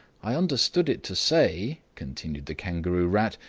i understood it to say, continued the kangaroo rat,